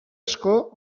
asko